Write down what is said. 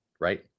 right